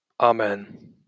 Amen